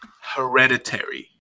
Hereditary